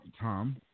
Tom